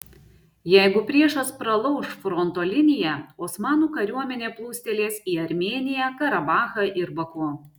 jeigu priešas pralauš fronto liniją osmanų kariuomenė plūstelės į armėniją karabachą ir baku